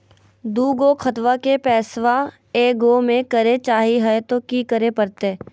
दू गो खतवा के पैसवा ए गो मे करे चाही हय तो कि करे परते?